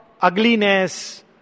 Ugliness